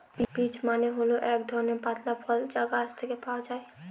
peach মানে হল এক ধরনের পাতলা ফল যা গাছ থেকে পাওয়া যায়